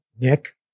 Nick